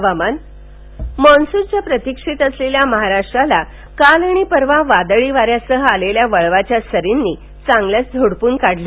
हवामान मान्सूनच्या प्रतिक्षेत असलेल्या महाराष्ट्राला काल आणि परवा वादळी वान्यासह आलेल्या वळवाच्या सरींनी चांगलच झोडपून काढलं